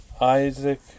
Isaac